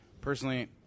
Personally